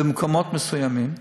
במקומות מסוימים.